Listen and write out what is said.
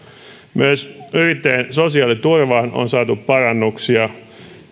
myös yrittäjän sosiaaliturvaan on saatu parannuksia